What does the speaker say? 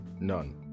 None